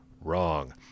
wrong